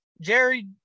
Jerry